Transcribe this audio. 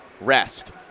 rest